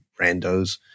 randos